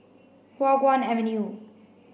Hua Guan Avenue